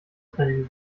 training